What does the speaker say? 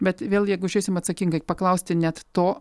bet vėlgi jeigu žiūrėsim atsakingai paklausti net to